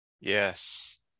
Yes